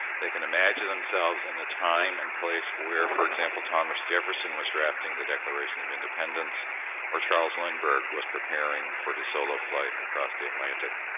they can imagine themselves in the time and place where, for example, thomas jefferson was drafting the declaration of independence or charles lindbergh was preparing for his solo flight across the atlantic.